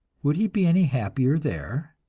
would he be any happier there?